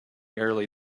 early